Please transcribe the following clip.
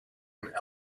and